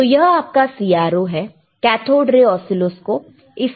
तो यह आपका CRO है कैथोड रे ऑसीलोस्कोप